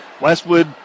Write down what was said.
Westwood